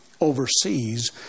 overseas